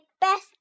best